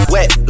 Wet